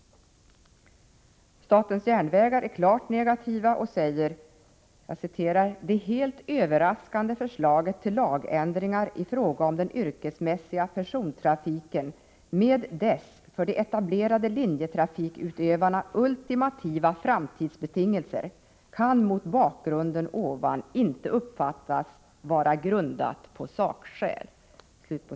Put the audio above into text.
Statens järnvägar är klart negativt och säger: Det helt överraskande förslaget till lagändringar i fråga om den yrkesmässiga persontrafiken, med dess för de etablerade linjetrafikutövarna ultimativa framtidsbetingelser, kan mot bakgrunden ovan inte uppfattas vara grundat på sakskäl.